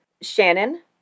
Shannon